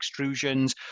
extrusions